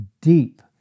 deep